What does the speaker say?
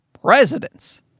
presidents